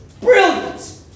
brilliant